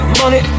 money